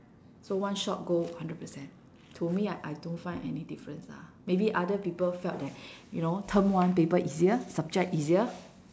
so one shot go hundred percent to me ah I don't find any difference ah maybe other people felt that you know term one paper easier subject easier